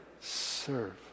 serve